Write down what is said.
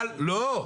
לא.